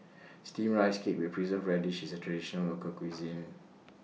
Steamed Rice Cake with Preserved Radish IS A Traditional Local Cuisine